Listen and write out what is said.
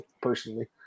personally